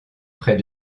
près